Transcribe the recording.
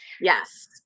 Yes